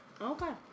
Okay